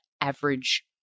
average